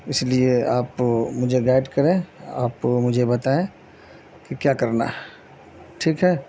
اس لیے آپ مجھے گائیڈ کریں آپ مجھے بتائیں کہ کیا کرنا ہے ٹھیک ہے